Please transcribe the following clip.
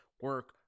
Work